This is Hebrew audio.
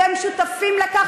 והם שותפים לכך